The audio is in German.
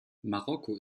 marokko